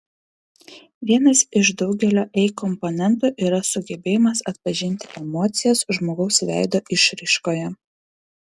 vienas iš daugelio ei komponentų yra sugebėjimas atpažinti emocijas žmogaus veido išraiškoje